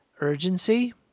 urgency